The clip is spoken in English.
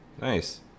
nice